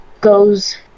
goes